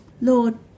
Lord